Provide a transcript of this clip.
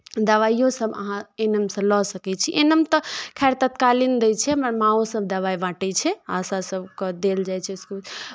दवाइयोसभ अहाँ एनमसँ लऽ सकै छी एनम तऽ खैर तत्कालीन दैत छै हमर माँओसभ दवाइ बाँटै छै आशा सभके देल जाइ छै